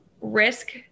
risk